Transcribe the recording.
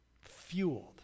fueled